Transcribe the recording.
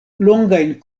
longajn